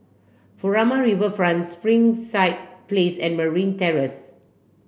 Furama Riverfront Springside Place and Merryn Terrace